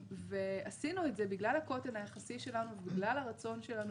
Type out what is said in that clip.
ועשינו את זה בגלל הקוטן היחסי שלנו ובגלל הרצון שלנו